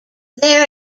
their